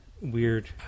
weird